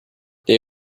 they